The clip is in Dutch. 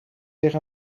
zich